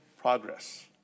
progress